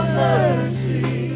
mercy